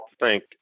thank